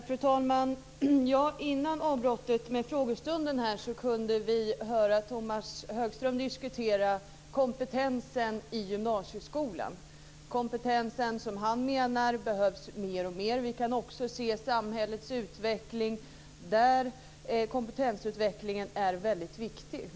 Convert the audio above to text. Fru talman! Innan avbrottet med frågestunden kunde vi höra Tomas Högström diskutera kompetensen i gymnasieskolan. Han menar att kompetensen behövs mer och mer. Vi kan också se samhällets utveckling där kompetensutvecklingen är viktig.